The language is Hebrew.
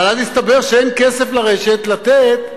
אבל אז הסתבר שאין כסף לרשת לתת,